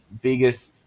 biggest